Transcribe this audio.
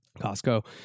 Costco